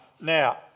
now